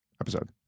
episode